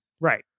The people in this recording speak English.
Right